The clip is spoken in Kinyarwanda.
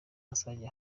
azajya